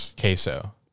queso